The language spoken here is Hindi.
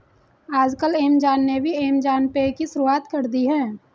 आजकल ऐमज़ान ने भी ऐमज़ान पे की शुरूआत कर दी है